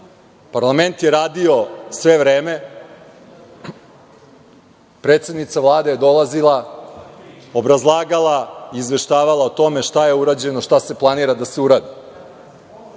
Parlament je radio sve vreme, predsednica Vlade je dolazila, obrazlagala, izveštavala o tome šta je urađeno, šta se planira da se uradi.